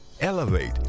Elevate